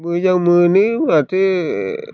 मोजां मोनो माथो